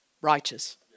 righteous